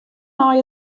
nei